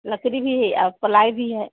लकड़ी भी और प्लाई भी है